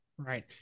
Right